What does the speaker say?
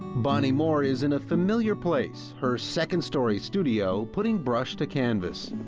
bonnie mohr is in a familiar place. her second story studio putting brush to canvas.